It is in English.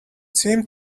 seemed